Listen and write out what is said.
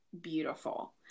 beautiful